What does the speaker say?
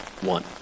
One